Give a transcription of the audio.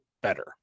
better